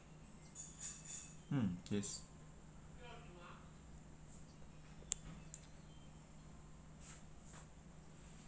mm yes